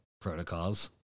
protocols